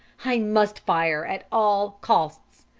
i must fire at all costs.